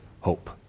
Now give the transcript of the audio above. hope